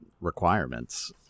requirements